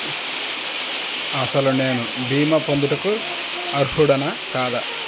అసలు నేను భీమా పొందుటకు అర్హుడన కాదా?